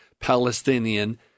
Palestinian